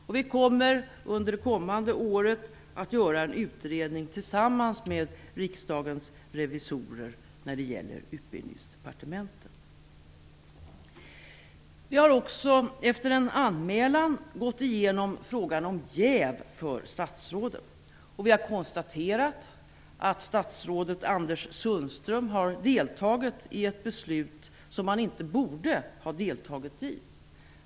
Under det kommande året kommer vi att göra en utredning tillsammans med Riksdagens revisorer när det gäller Vi har också efter en anmälan gått igenom frågan om jäv för statsråden. Vi har konstaterat att statsrådet Anders Sundström har deltagit i ett beslut som han inte borde ha deltagit i.